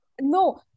no